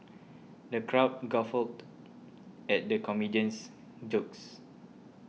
the crowd guffawed at the comedian's jokes